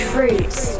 Fruits